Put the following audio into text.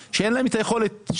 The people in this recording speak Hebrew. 65 מעשי רצח עד כה מתחילת השנה,